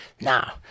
Now